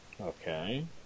Okay